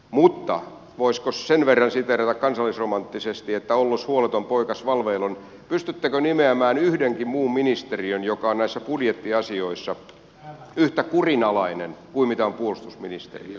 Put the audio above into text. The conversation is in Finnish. mutta voisiko siteerata kansallisromanttisesti sen verran että ollos huoleton poikas valveil on pystyttekö nimeämään yhdenkin muun ministeriön joka on näissä budjettiasioissa yhtä kurinalainen kuin puolustusministeriö on